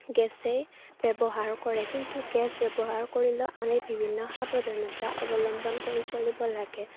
গেছেই ব্যৱহাৰ কৰে কিন্তু গেছ ব্যৱহাৰ কৰিলেও আমি বিভিন্ন সাৱধানতা অৱলম্বন কৰি চলিব লাগে